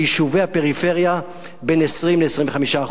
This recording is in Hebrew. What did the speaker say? ביישובי הפריפריה, בין 20% ל-25%,